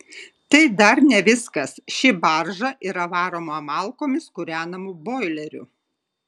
tai dar ne viskas ši barža yra varoma malkomis kūrenamu boileriu